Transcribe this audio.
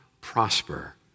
prosper